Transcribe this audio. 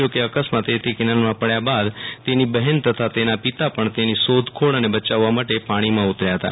જો કે અકસ્માતે તે કેનાલમા પડ્યા બાદ તેની બહેન તથા તેના પિતા પણ તેની શોધખોળ અને બચાવવા માટે પાણીમા ઉતર્યા હતા